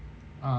啊